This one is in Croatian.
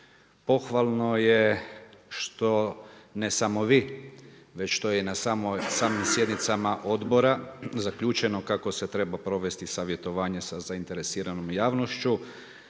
Pohvalno je što ne samo vi, već što je i na samim sjednicama odbora zaključeno kako se treba provesti savjetovanje sa zainteresiranom javnošću